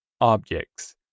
objects